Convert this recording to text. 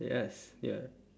yes ya